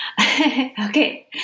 okay